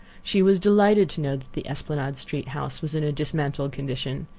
she was delighted to know that the esplanade street house was in a dismantled condition.